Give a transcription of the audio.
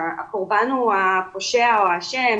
שהקורבן הוא הפושע או האשם